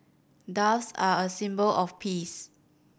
doves are a symbol of peace